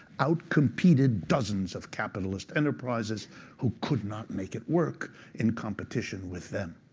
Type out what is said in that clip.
outcompeted dozens of capitalist enterprises who could not make it work in competition with them.